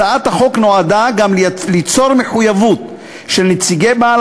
הצעת החוק נועדה גם ליצור מחויבות של נציגי בעל